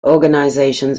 organizations